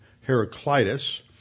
Heraclitus